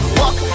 walk